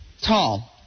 tall